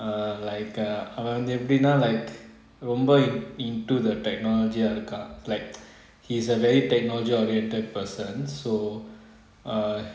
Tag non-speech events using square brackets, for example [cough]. err like uh err அவன் வந்து எப்பிடின்:avan vanthu epidina like எப்பிடின்னா ரொம்ப:epidina romba into the technology of the car like [noise] he's a very technology oriented person so err